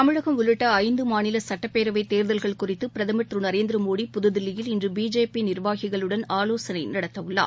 தமிழகம் உள்ளிட்ட ஐந்து மாநில சுட்டப்பேரவைத் தேர்தல்கள் குறித்து பிரதமர் திரு நரேந்திர மோடி புதுதில்லியில் இன்று பிஜேபி நிர்வாகிகளுடன் ஆலோசனை நடத்த உள்ளார்